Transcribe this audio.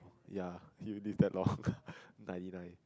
ya you did that lor ninety nine